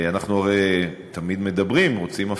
אנחנו הרי תמיד מדברים, רוצים הפרדה,